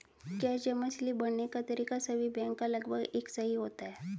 cash जमा slip भरने का तरीका सभी बैंक का लगभग एक सा ही होता है